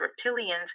reptilians